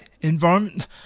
environment